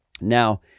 Now